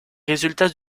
résultats